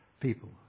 people